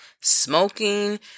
smoking